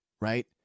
right